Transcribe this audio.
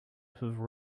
have